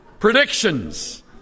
Predictions